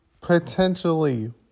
potentially